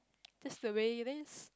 that's the way it is